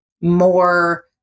more